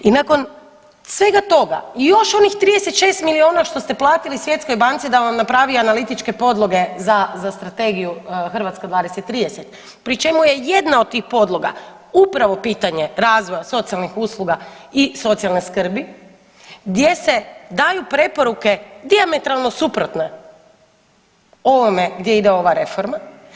I nakon svega toga i još onih 36 milijuna što ste platili Svjetskoj banci da vam napravi analitičke podloge za, za Strategiju Hrvatska '20.-'30., pri čemu je jedna od tih podloga upravo pitanje razvoja socijalnih usluga i socijalne skrbi, gdje se daju preporuke dijametralno suprotne ovome gdje ide ova reforma.